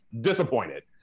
disappointed